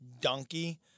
donkey